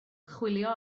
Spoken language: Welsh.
chwilio